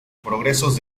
progresos